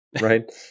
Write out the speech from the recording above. Right